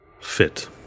fit